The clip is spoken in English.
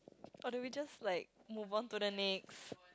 or do we just like move on to the next